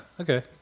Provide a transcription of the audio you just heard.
Okay